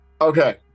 Okay